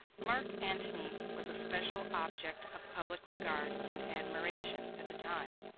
mark antony was a special object of public regard and admiration at the time.